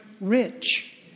rich